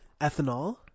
Ethanol